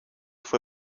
fue